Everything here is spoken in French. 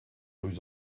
rues